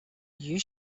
you